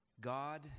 god